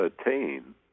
attain